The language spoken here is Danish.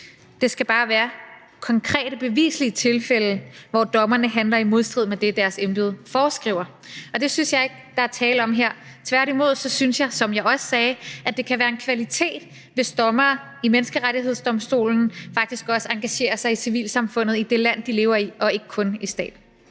Der skal bare være tale om konkrete bevislige tilfælde, hvor dommerne handler i modstrid med det, deres embede foreskriver, og det synes jeg ikke der er tale om her. Tværtimod synes jeg, som jeg også sagde, at det kan være en kvalitet, hvis dommere ved Menneskerettighedsdomstolen faktisk også engagerer sig i civilsamfundet i det land, de lever i, og ikke kun i staten.